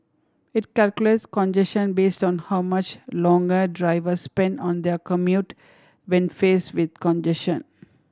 it calculates congestion based on how much longer drivers spend on their commute when faced with congestion